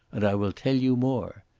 and i will tell you more.